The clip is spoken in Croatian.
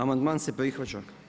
Amandman se prihvaća.